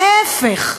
ההפך,